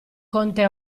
conte